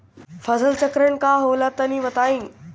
फसल चक्रण का होला तनि बताई?